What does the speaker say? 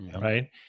right